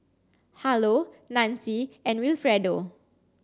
Harlow Nancie and Wilfredo